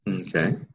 Okay